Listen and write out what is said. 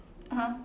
(uh huh)